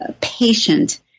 patient